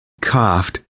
coughed